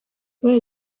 where